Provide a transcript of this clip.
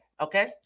Okay